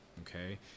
okay